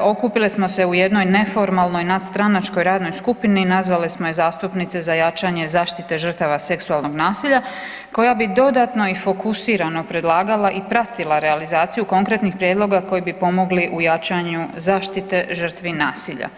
okupile smo se u jednoj neformalnoj nadstranačkoj radnoj skupini, nazvale smo je „Zastupnice za jačanje zaštite žrtava seksualnog nasilja“ koja bi dodatno i fokusiramo predlagala i pratila realizaciju konkretnih prijedloga koji bi pomogli u jačanju zaštite žrtvi nasilja.